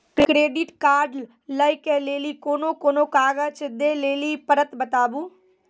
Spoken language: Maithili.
क्रेडिट कार्ड लै के लेली कोने कोने कागज दे लेली पड़त बताबू?